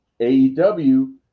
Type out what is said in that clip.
AEW